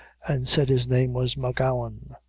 and said his name was m'gowan.